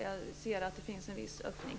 Jag ser att det finns en viss öppning.